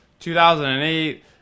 2008